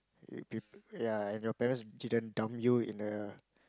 ya and your parents didn't dump you in a